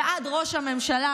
ועד ראש הממשלה,